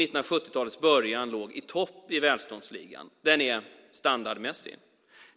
1970-talets början låg i topp i välståndsligan, är standardmässig.